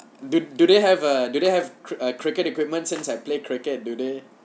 do do do they have uh do they have cri~ uh cricket equipment since I play cricket do they